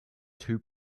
too